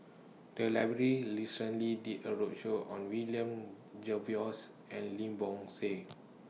The Library recently did A roadshow on William Jervois and Lim Bo Seng